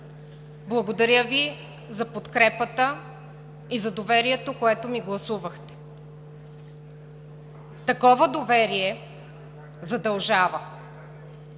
Благодаря Ви за подкрепата и за доверието, което ми гласувахте. Такова доверие задължава.